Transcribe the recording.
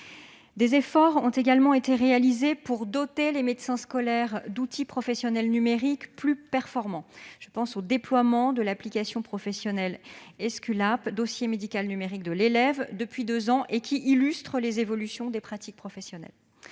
Des efforts ont également été réalisés pour doter les médecins scolaires d'outils professionnels numériques plus performants : le déploiement depuis deux ans de l'application professionnelle Esculape, le dossier médical numérique de l'élève, illustre les évolutions des pratiques professionnelles.